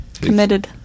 committed